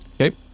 Okay